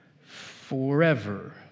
forever